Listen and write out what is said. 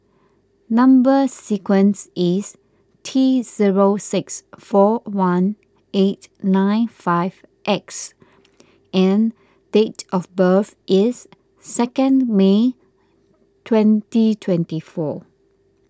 Number Sequence is T zero six four one eight nine five X and date of birth is second May twenty twenty four